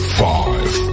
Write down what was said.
five